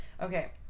Okay